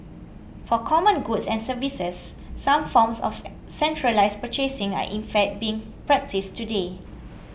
for common goods and services some forms of centralised purchasing are in fact being practised today